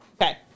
Okay